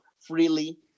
freely